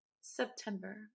September